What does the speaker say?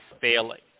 failing